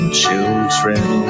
children